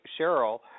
Cheryl